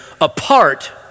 apart